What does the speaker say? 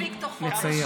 מה תספיק תוך חודש?